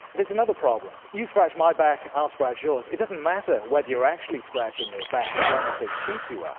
there's another problem, you scratch my back, i'll scratch yours. it doesn't matter whether you're actually scratching their back, as long as they think you are.